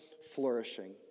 flourishing